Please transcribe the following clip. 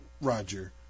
roger